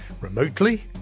Remotely